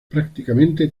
prácticamente